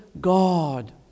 God